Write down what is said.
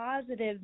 positive